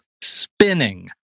spinning